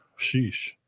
Sheesh